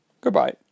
goodbye